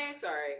sorry